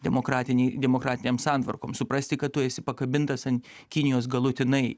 demokratinei demokratinėms santvarkoms suprasti kad tu esi pakabintas ant kinijos galutinai